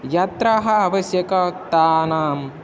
यात्राः आवश्यकतानाम्